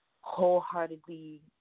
wholeheartedly